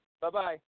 bye-bye